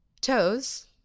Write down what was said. toes